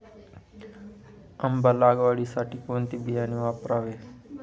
आंबा लागवडीसाठी कोणते बियाणे वापरावे?